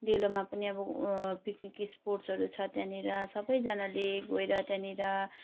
डेलोमा पनि अब पिक्निक स्पोट्सहरू छ त्यहाँनिर सबैजनाले गएर त्यहाँनिर